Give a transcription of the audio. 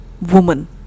woman